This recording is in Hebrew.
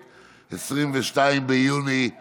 כן, ינון?